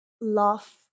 love